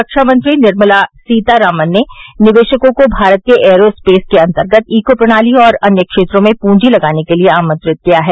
रक्षा मंत्री निर्मला सीतारामन ने निवेशकों को भारत के एयरो स्पेस के अंतर्गत इको प्रणाली और अन्य क्षेत्रों में पूंजी लगाने के लिए आमंत्रित किया है